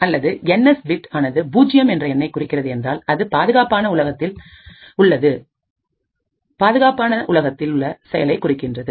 அல்லது N S bit ஆனது பூஜ்ஜியம் என்ற எண்ணைக் குறிக்கிறது என்றால் அது பாதுகாப்பான உலகத்தில் உள்ள செயலை குறிக்கின்றது